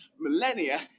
millennia